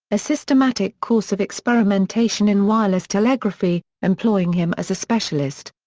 a systematic course of experimentation in wireless telegraphy, employing him as a specialist.